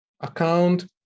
account